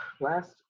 last